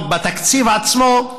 אבל בתקציב עצמו,